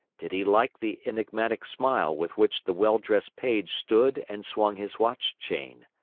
did he like the enigmatic smile with which the well-dressed paige stood and swung his watch-chain.